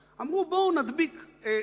אמרו: בואו נדביק,